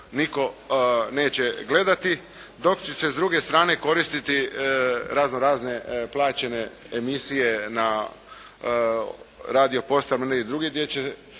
nitko gledati. Dok će se s druge strane koristiti razno razne plaćene emisije na radiopostajama i drugdje